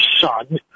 son